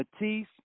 Matisse